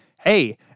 hey